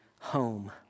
home